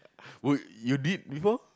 w~ you did before